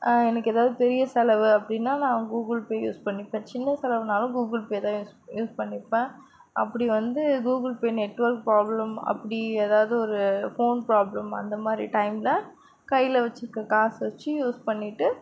எனக்கு எதாவது பெரிய செலவு அப்படினா நான் கூகுள் பே யூஸ் பண்ணிப்பேன் சின்ன செலவுனாலும் கூகுள் பே தான் யூஸ் யூஸ் பண்ணிப்பேன் அப்படி வந்து Google Pay network problem அப்படி எதாவது ஒரு ஃபோன் ப்ராப்லம் அந்த மாதிரி டைமில் கையில் வச்சுருக்க காசை வச்சு யூஸ் பண்ணிவிட்டு